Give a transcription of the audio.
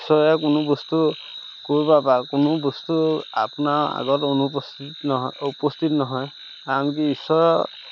ঈশ্বৰে কোনো বস্তু ক'ৰবাৰপৰা কোনো বস্তু আপোনাৰ আগত অনুপস্থিত নহয় উপস্থিত নহয় কাৰণ কি ঈশ্বৰৰ